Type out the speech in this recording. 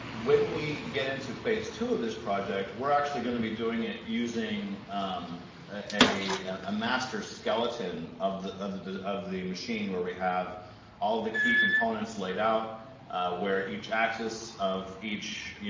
when we get into phase two of this project, we're actually going to be doing it using a ah master skeleton of the and of the machine where we have all the key components laid out where each axis of each, you